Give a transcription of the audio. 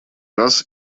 раз